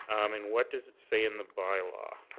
and what does it say in the bylaw?